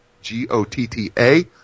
G-O-T-T-A